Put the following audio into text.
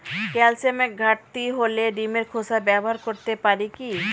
ক্যালসিয়ামের ঘাটতি হলে ডিমের খোসা ব্যবহার করতে পারি কি?